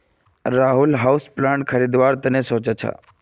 Rahul houseplant खरीदवार त न सो च छ